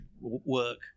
work